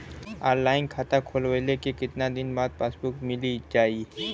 Online खाता खोलवईले के कितना दिन बाद पासबुक मील जाई?